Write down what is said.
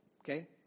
okay